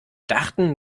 dachten